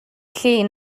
llun